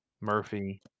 Murphy